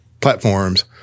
platforms